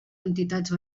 entitats